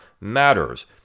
matters